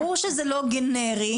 ברור שזה לא גנרי,